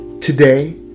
Today